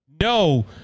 No